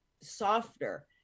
softer